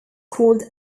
called